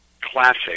classic